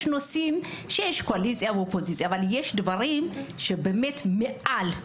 יש נושאים שיש קואליציה ואופוזיציה אבל יש דברים שבאמת מעל.